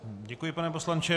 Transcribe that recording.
Děkuji, pane poslanče.